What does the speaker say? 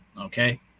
Okay